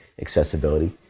accessibility